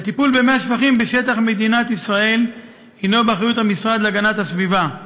הטיפול במי השפכים בשטח מדינת ישראל הוא באחריות המשרד להגנת הסביבה.